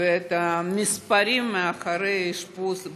ואת המספרים של האשפוז במסדרון.